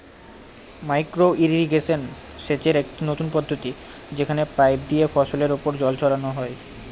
micro irrigation সেচের একটি নতুন পদ্ধতি যেখানে পাইপ দিয়ে ফসলের ওপর জল ছড়ানো হয়